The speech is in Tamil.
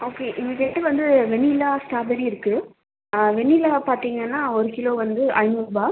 ஓகே எங்ககிட்ட வந்து வெண்ணிலா ஸ்டாபெரி இருக்குது வெண்ணிலா பார்த்தீங்கனா ஒரு கிலோ வந்து ஐநூறுபா